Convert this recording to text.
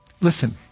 Listen